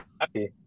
happy